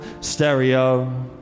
stereo